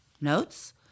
Notes